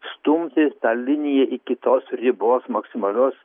stumti tą liniją iki tos ribos maksimalios